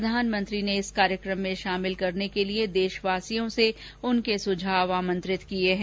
प्रधानमंत्री ने इस कार्यक्रम में शामिल करने के लिए देशवासियों से उनके सुझाव आमंत्रित किए हैं